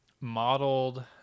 modeled